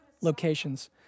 locations